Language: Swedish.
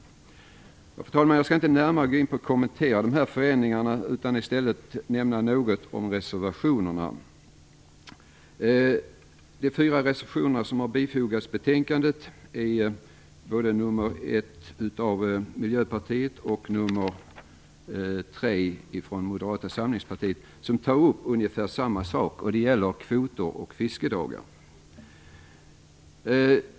Fru talman! Jag skall inte närmare gå in på att kommentera dessa förändringar. I stället skall jag nämna något om reservationerna. Av de fyra reservationer som har bifogats till betänkandet tar nr. 1, från Miljöpartiet, och nr. 3, från Moderata samlingspartiet, upp ungefär samma saker. Det handlar om kvoter och fiskedagar.